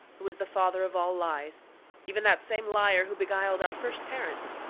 who is the father of all lies even that same liar who beguiled our first parents,